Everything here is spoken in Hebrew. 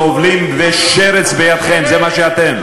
טובלים ושרץ בידכם, זה מה שאתם.